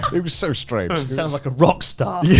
it was so strange. sounds like a rock star. yeah